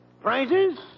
Prizes